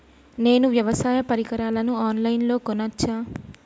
నేను వ్యవసాయ పరికరాలను ఆన్ లైన్ లో కొనచ్చా?